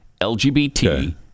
LGBT